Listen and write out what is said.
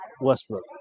Westbrook